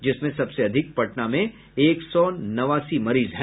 जिसमें सबसे अधिक पटना में एक सै नवासी मरीज है